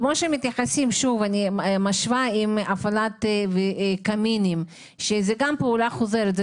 אני משווה את זה להפעלת קמין שזו גם פעולה חוזרת,